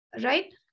right